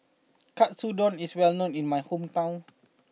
Katsudon is well known in my hometown